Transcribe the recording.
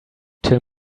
till